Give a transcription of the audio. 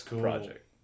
project